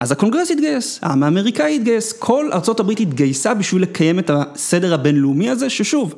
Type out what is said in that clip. אז הקונגרס התגייס, העם האמריקאי התגייס, כל ארה״ב התגייסה בשביל לקיים את הסדר הבינלאומי הזה ששוב